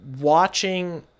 watching